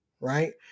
Right